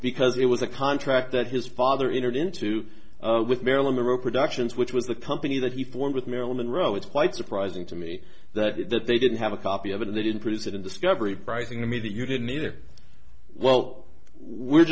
because it was a contract that his father entered into with marilyn monroe productions which was the company that he formed with marilyn monroe it's quite surprising to me that it that they didn't have a copy of it and they didn't produce it in discovery pricing to me that you didn't either well we're